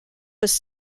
was